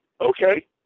Okay